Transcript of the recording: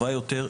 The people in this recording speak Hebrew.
טובה יותר,